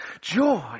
joy